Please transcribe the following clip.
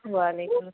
وعلیکم